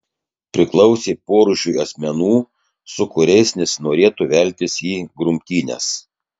priklausė porūšiui asmenų su kuriais nesinorėtų veltis į grumtynes